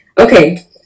okay